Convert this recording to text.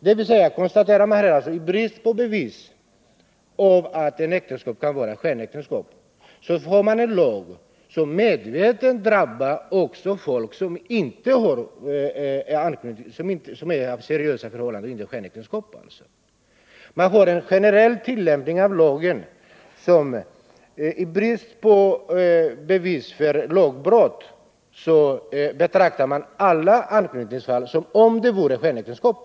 Det betyder att i avsaknad av möjligheter att avgöra vilka äktenskap som är skenäktenskap tillämpar man en lag som drabbar också alla seriösa förhållanden. I brist på bevis för lagbrott behandlar man alla anknytningsfall som om de vore skenäktenskap.